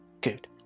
Good